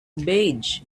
beige